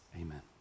Amen